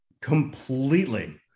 Completely